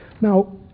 Now